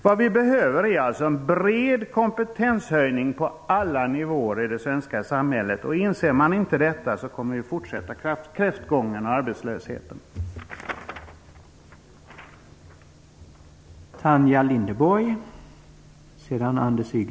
Vad vi behöver är alltså en bred kompetenshöjning på alla nivåer i det svenska samhället. Inser man inte detta kommer kräftgången och arbetslösheten att fortsätta.